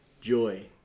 Joy